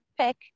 pick